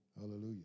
Hallelujah